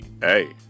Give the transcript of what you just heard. hey